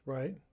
Right